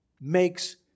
makes